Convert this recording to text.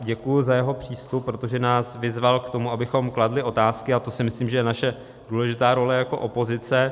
Děkuju za jeho přístup, protože nás vyzval k tomu, abychom kladli otázky, a to si myslím, že je naše důležitá role jako opozice.